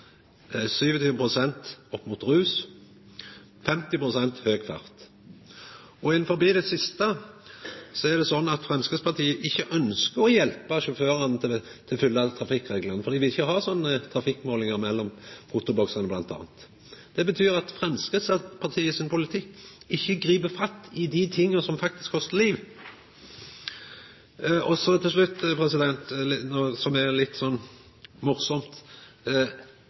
er knytte opp mot sjåførdyktigheit – 27 pst. opp mot rus, 50 pst. opp mot høg fart. Når det gjeld det siste, er det sånn at Framstegspartiet ikkje ønskjer å hjelpa sjåførane til å følgja trafikkreglane. Dei vil ikkje ha trafikkmålingar mellom fotoboksane, bl.a. Det betyr at Framstegspartiets politikk ikkje grip fatt i det som faktisk kostar liv. Og så til slutt noko som er litt